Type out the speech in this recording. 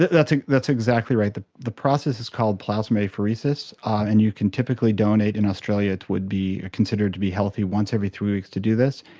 that's ah that's exactly right. the the process is called plasmapheresis and you can typically donate in australia, it would be considered to be healthy once every three weeks to do this.